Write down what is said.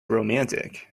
romantic